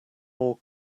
more